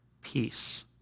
Peace